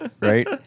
right